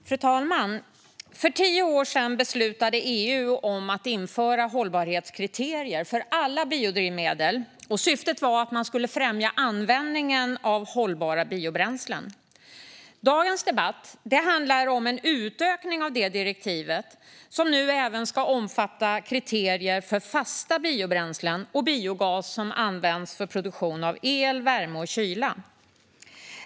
Fru talman! För tio år sedan beslutade EU om att införa hållbarhetskriterier för alla biodrivmedel. Syftet var att främja användningen av hållbara biobränslen. Denna debatt handlar om en utökning av det direktivet, som nu även ska omfatta kriterier för fasta biobränslen och biogas som används för produktion av el, värme och kyla.